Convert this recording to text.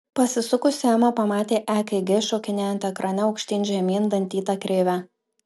pasisukusi ema pamatė ekg šokinėjant ekrane aukštyn žemyn dantyta kreive